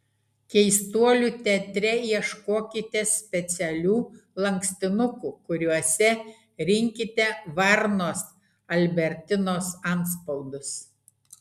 keistuolių teatre ieškokite specialių lankstinukų kuriuose rinkite varnos albertinos antspaudus